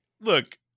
Look